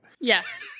Yes